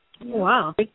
Wow